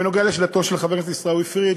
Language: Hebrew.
בנוגע לשאלתו של חבר הכנסת עיסאווי פריג',